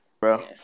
Bro